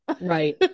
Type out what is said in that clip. right